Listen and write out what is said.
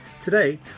Today